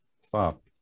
Stop